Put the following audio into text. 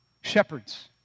Shepherds